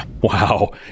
Wow